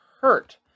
hurt